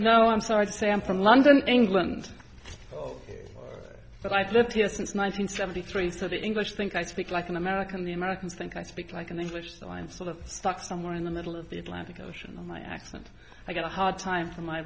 know i'm sorry to say i'm from london england but i've lived here since one nine hundred seventy three so the english think i speak like an american the americans think i speak like an english so i'm sort of stuck somewhere in the middle of the atlantic ocean on my accent i get a hard time from my